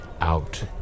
out